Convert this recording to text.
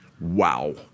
Wow